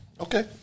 Okay